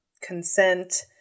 consent